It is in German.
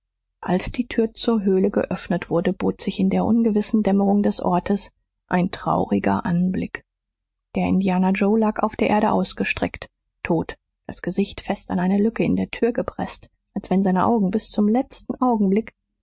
als die tür zur höhle geöffnet wurde bot sich in der ungewissen dämmerung des ortes ein trauriger anblick der indianer joe lag auf der erde ausgestreckt tot das gesicht fest an eine lücke in der tür gepresst als wenn seine augen bis zum letzten augenblick